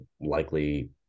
likely